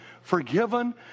forgiven